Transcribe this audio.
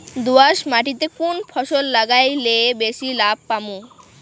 দোয়াস মাটিতে কুন ফসল লাগাইলে বেশি লাভ পামু?